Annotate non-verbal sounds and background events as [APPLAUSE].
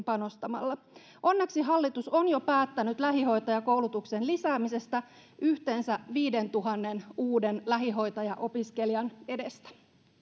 [UNINTELLIGIBLE] panostamalla onneksi hallitus on jo päättänyt lähihoitajakoulutuksen lisäämisestä yhteensä viidentuhannen uuden lähihoitajaopiskelijan edestä